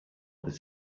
that